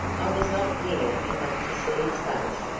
i was not near enough to see his face,